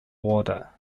water